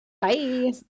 Bye